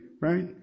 right